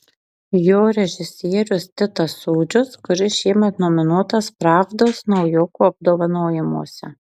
jo režisierius titas sūdžius kuris šiemet nominuotas pravdos naujokų apdovanojimuose